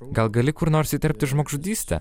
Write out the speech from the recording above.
gal gali kur nors įterpti žmogžudystę